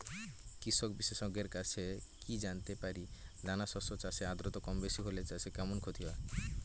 কৃষক বিশেষজ্ঞের কাছে কি জানতে পারি দানা শস্য চাষে আদ্রতা কমবেশি হলে চাষে কেমন ক্ষতি হয়?